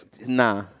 Nah